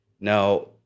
Now